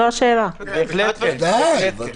ודאי.